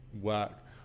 work